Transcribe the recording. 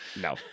No